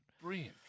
Brilliant